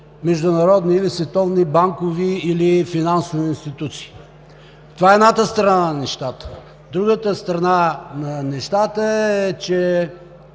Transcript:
международни или световни банкови или финансови институции. Това е едната страна на нещата. Другата страна на нещата е, че